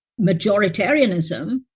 majoritarianism